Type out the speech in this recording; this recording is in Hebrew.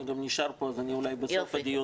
אני גם נשאר פה אז אני אולי בסוף הדיון